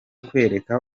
kwereka